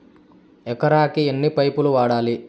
ఎకరాకి ఎన్ని పైపులు వాడాలి?